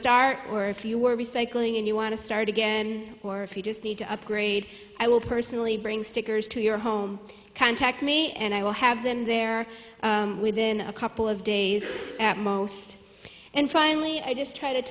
start or if you were recycling and you want to start again or if you just need to upgrade i will personally bring stickers to your home contact me and i will have them there within a couple of days at most and finally i just try to